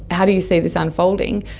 how do you see this unfolding?